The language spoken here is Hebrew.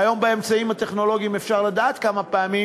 והיום באמצעים הטכנולוגיים אפשר לדעת כמה פעמים